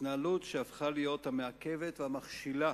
התנהלות שהפכה להיות המעכבת והמכשילה